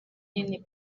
nini